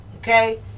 okay